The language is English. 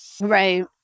Right